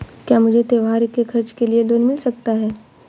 क्या मुझे त्योहार के खर्च के लिए लोन मिल सकता है?